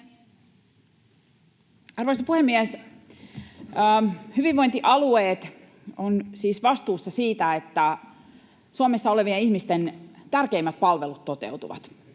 Arvoisa puhemies! Hyvinvointialueet ovat siis vastuussa siitä, että Suomessa olevien ihmisten tärkeimmät palvelut toteutuvat.